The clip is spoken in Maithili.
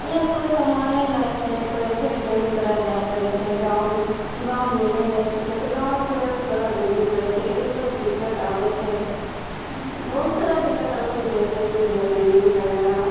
ओना कोइ समाने लै छै तऽ फेर बेगूसराय जाइ पड़ै छै गाममे गाममे मिलै नहि छिकै तऽ गामसे थोड़ा दूरी पड़ै छै ईसब दिक्कत आबै छै बहुत सारा दिक्कत आबै छै जइसेकि जमीन वगैरह